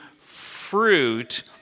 fruit